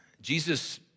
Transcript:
Jesus